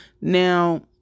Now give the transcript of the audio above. Now